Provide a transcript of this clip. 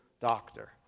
doctor